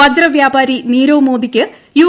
വജ്രവ്യാപാരി നീരവ് മോദിക്ക് യു